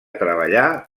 treballà